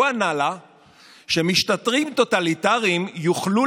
הוא ענה לה שמשטרים טוטליטריים יוכלו